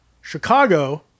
Chicago